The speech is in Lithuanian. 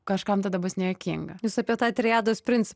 kažkam tada bus nejuokinga jūs apie tą triados principą